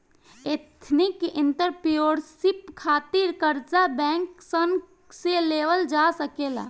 ethnic entrepreneurship खातिर कर्जा bank सन से लेवल जा सकेला